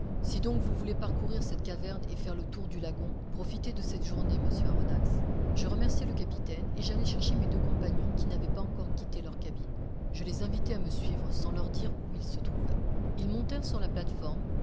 si donc vous voulez parcourir cette caverne et faire le tour du lagon profitez de cette journée monsieur aronnax je remerciai le capitaine et j'allai chercher mes deux compagnons qui n'avaient pas encore quitté leur cabine je les invitai à me suivre sans leur dire où ils se trouvaient ils montèrent sur la plate-forme